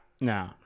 no